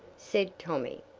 said tommy.